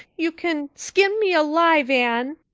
you can skin me alive, anne.